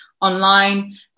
online